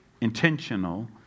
intentional